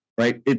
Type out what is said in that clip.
Right